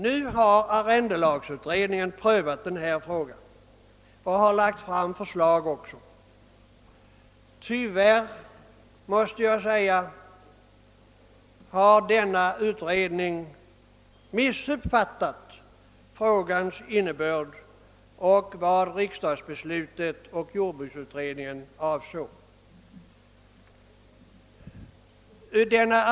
Nu har arrendelagsutredningen prövat denna fråga och har också lagt fram förslag i ämnet. Tyvärr har denna utredning, måste jag säga, missuppfattat frågans innebörd och vad som avsågs av jordbruksutredningen och med riksdagsbeslutet.